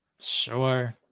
Sure